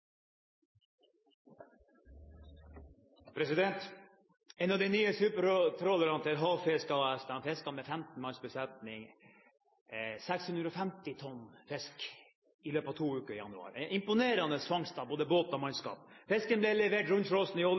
En av de nye supertrålerne til havfiskerne fisket med 15 manns besetning 650 tonn fisk i løpet av to uker i januar – en imponerende fangst for både båt og mannskap. Fisken ble levert rundfrosset i